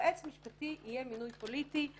יועץ משפטי יהיה מינוי פוליטי,